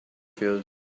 field